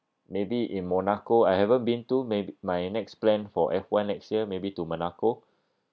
maybe in monaco I haven't been to mayb~ my next plan for f_one next year maybe to monaco